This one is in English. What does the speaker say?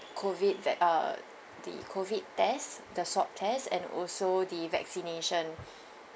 COVID vac~ uh the COVID test the swab test and also the vaccination